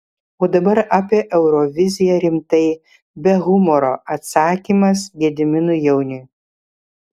o dabar apie euroviziją rimtai be humoro atsakymas gediminui jauniui